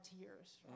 tears